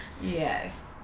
Yes